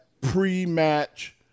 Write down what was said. pre-match